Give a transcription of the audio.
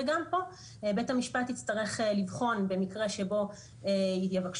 וגם פה בית המשפט יצטרך לבחון במקרה שבו יבקשו